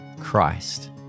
Christ